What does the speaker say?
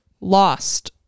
lost